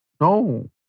No